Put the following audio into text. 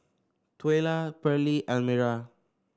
Twyla Pearlie Elmira